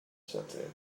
something